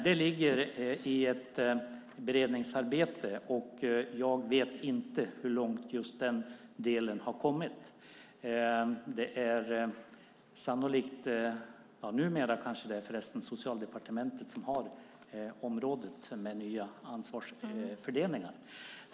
Detta ligger i ett beredningsarbete. Jag vet inte hur långt man har kommit med just den delen. Numera kanske det är Socialdepartementet som har området, med de nya ansvarsfördelningarna.